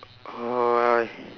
!oi!